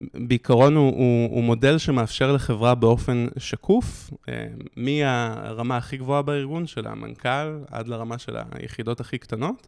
בעיקרון הוא מודל שמאפשר לחברה באופן שקוף, מהרמה הכי גבוהה בארגון של המנכ״ל עד לרמה של היחידות הכי קטנות.